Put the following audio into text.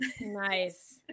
Nice